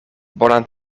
bonan